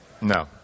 No